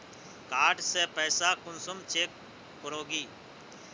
Card से पैसा कुंसम चेक करोगी?